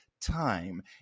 time